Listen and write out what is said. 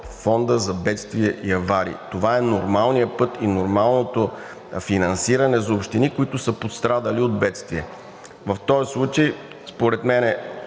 фонда за бедствия и аварии. Това е нормалният път и нормалното финансиране за общини, които са пострадали от бедствие. В този случай според мен,